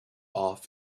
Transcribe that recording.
off